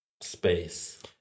Space